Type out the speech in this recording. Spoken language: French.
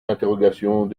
interrogations